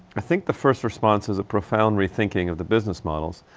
i think the first response is a profound rethinking of the business models,